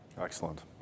Excellent